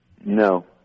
No